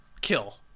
kill